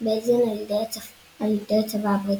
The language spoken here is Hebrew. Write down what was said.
בלזן על ידי הצבא הבריטי.